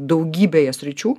daugybėje sričių